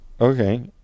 Okay